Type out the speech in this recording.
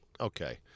okay